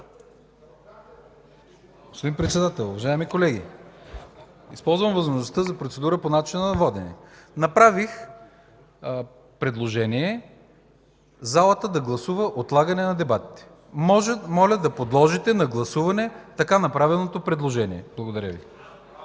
Господин Председател, уважаеми колеги! Използвам възможността за процедура по начина на водене. Направих предложение залата да гласува отлагане на дебатите. Моля да подложите на гласуване така направеното предложение. Благодаря Ви.